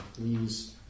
please